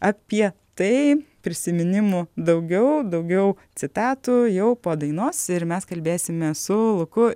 apie tai prisiminimų daugiau daugiau citatų jau po dainos ir mes kalbėsime su luku